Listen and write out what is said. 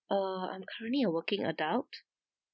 uh I'm currently a working adult